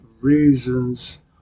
reasons